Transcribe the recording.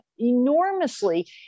enormously